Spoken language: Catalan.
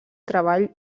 treball